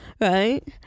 right